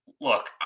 look